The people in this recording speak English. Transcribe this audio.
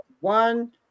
One